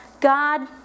God